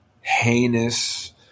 heinous